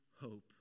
hope